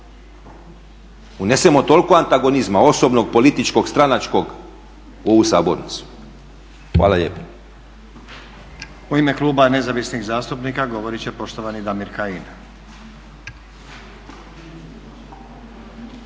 unesemo toliko antagonizma osobnog, političkog, stranačkog u ovu sabornicu. Hvala lijepa.